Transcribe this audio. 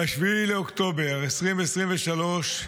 ב-7 באוקטובר 2023,